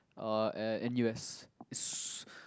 uh at N_U_S is su~